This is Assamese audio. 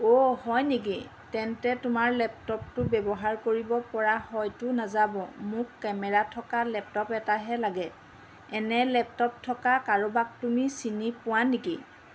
অ' হয় নেকি তেন্তে তোমাৰ লেপটপটো ব্যৱহাৰ কৰিব পৰা হয়তো নাযাব মোক কেমেৰা থকা লেপটপ এটাহে লাগে এনে লেপটপ থকা কাৰোবাক তুমি চিনি পোৱা নেকি